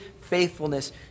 faithfulness